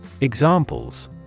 Examples